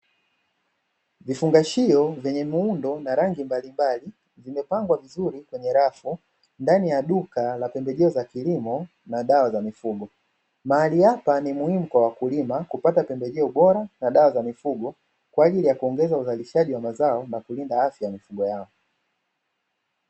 Vifungashio vyenye muundo na rangi mbalimbali, vimepangwa vizuri kwenye rafu ndani ya duka la pembejeo za kilimo na dawa za mifugo, mahali hapa ni muhimu kwa wakulima kupata pembejeo bora na dawa za mifugo, kwa ajili ya kuongeza uzalishaji wa mazao na kulinda afya ya mifugo yao.